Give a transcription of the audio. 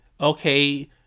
okay